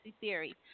theory